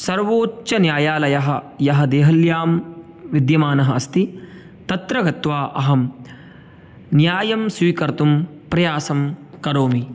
सर्वोच्चन्यायालयः यः देहल्यां विद्यमानः अस्ति तत्र गत्वा अहं न्यायं स्वीकर्तुं प्रयासं करोमि